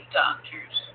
doctors